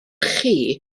chi